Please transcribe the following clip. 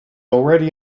already